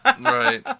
Right